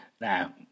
Now